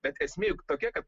bet esmė juk tokia kad